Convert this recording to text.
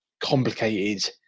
complicated